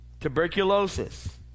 tuberculosis